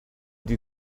die